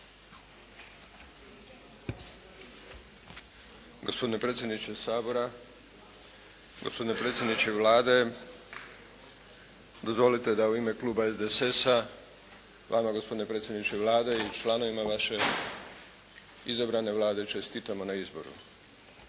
Gospodine predsjedniče Sabora, gospodine predsjedniče Vlade! Dozvolite da u ime kluba SDSS-a, vama gospodine predsjedniče Vlade i članovima vaše izabrane Vlade čestitamo na izboru.